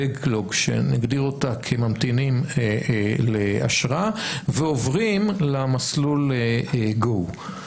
backlogשנגדיר אותה כממתינים לאשרה ועוברים למסלול go.